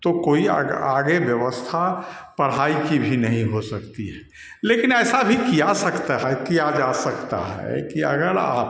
तो कोई आगे व्यवस्था पढाई की आगे भी नहीं हो सकती है लेकिन ऐसा भी किया सकता है किया जा सकता है कि अगर आप